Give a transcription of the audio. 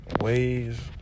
ways